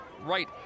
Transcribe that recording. right